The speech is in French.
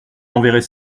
enverrait